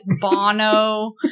Bono